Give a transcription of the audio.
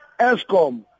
ESCOM